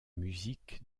musique